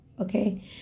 Okay